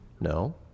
No